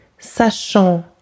sachant